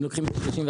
הם לוקחים 31%,